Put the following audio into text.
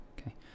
Okay